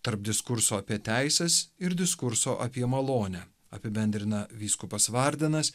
tarp diskurso apie teises ir diskurso apie malonę apibendrina vyskupas vardenas